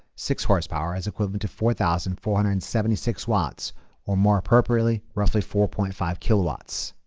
six horsepower is equivalent to four thousand four hundred and seventy six watts or more appropriately roughly four point five kilowatts.